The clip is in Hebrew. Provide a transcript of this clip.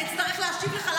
אני אצטרך להשיב לך,